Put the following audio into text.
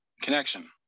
connection